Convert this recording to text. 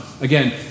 again